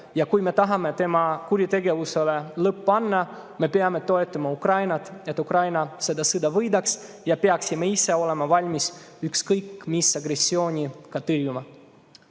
Kui me tahame tema kuritegevusele lõppu teha, siis me peame toetama Ukrainat, et Ukraina selle sõja võidaks, ja me peaksime ka ise olema valmis ükskõik mis agressiooni tõrjuma.